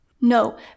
no